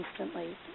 instantly